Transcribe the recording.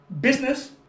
Business